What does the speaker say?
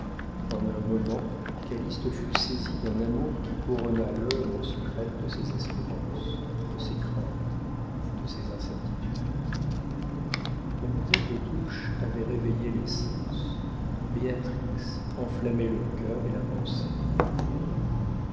en un moment calyste fut saisi d'un amour qui couronna l'œuvre secrète de ses espérances de ses craintes de ses incertitudes mademoiselle des touches avait réveillé les sens béatrix enflammait le cœur et la pensée